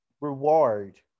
reward